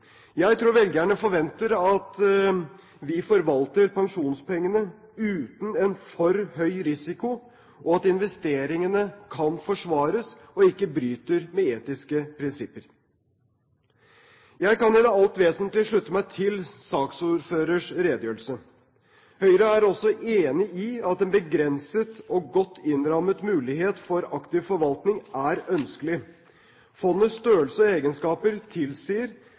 Jeg tror velgerne forventer at vi forvalter pensjonspengene uten en for høy risiko, og at investeringene kan forsvares og ikke bryter med etiske prinsipper. Jeg kan i det alt vesentlige slutte meg til saksordførerens redegjørelse. Høyre er også enig i at en begrenset og godt innrammet mulighet for aktiv forvaltning er ønskelig. Fondets størrelse og egenskaper tilsier